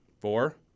Four